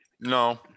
No